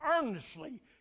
earnestly